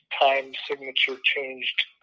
time-signature-changed